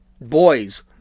boys